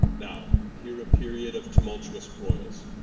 now here a period of tumultuous broyles.